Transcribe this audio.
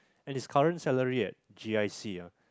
and his current salary at G_I_C uh